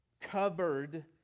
covered